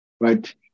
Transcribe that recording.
right